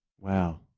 wow